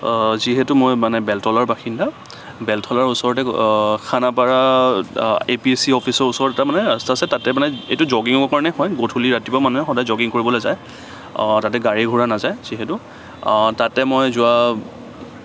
যিহেতু মই মানে বেলতলাৰ বাসিন্দা বেলতলাৰ ওচৰতে Khanapara A P S C অফিচৰ ওচৰত এটা ৰাস্তা আছে তাতে মানো এইটো জগিংৰ কাৰণে হয় গধূলি ৰাতিপুৱা মানুহে সদায় জগিং কৰিবলৈ যায় তাতে গাড়ী ঘোৰা নাযায় যিহেতু তাতে মই যোৱা